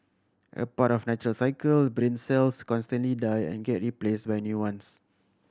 as part of a natural cycle brain cells constantly die and get replaced by new ones